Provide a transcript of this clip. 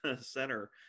center